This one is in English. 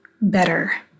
better